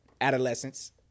Adolescence